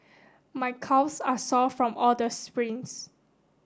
my calves are sore from all the sprints